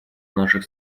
наших